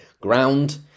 ground